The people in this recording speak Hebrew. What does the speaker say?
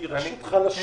כי רשות חלשה,